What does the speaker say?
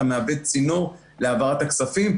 אתה מאבד צינור להעברת הכספים,